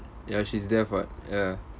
ya she's deaf [what] ya